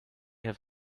have